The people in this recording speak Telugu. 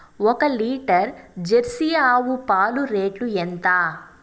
ఒక లీటర్ జెర్సీ ఆవు పాలు రేటు ఎంత?